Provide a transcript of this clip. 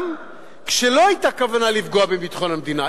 גם כשלא היתה כוונה לפגוע בביטחון המדינה.